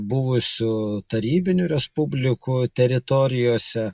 buvusių tarybinių respublikų teritorijose